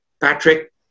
Patrick